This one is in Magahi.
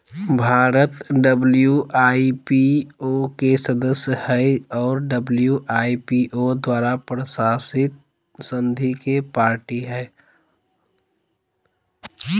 भारत डब्ल्यू.आई.पी.ओ के सदस्य हइ और डब्ल्यू.आई.पी.ओ द्वारा प्रशासित संधि के पार्टी हइ